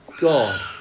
God